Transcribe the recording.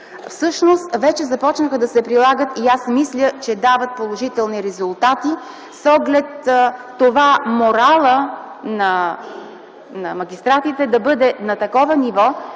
документ, започнаха да се прилагат и мисля, че вече дават положителни резултати с оглед моралът на магистратите да бъде на такова ниво,